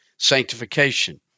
sanctification